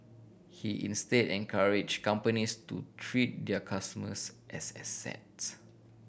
he instead encourage companies to treat their customers as assets